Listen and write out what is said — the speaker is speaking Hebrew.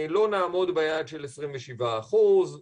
לא נעמוד ביעד של 27 אחוזים,